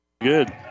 good